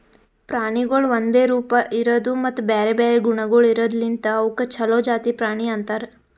ಪ್ರಾಣಿಗೊಳ್ ಒಂದೆ ರೂಪ, ಇರದು ಮತ್ತ ಬ್ಯಾರೆ ಬ್ಯಾರೆ ಗುಣಗೊಳ್ ಇರದ್ ಲಿಂತ್ ಅವುಕ್ ಛಲೋ ಜಾತಿ ಪ್ರಾಣಿ ಅಂತರ್